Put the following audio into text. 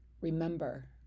Remember